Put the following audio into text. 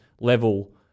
level